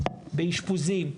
באשפוזים,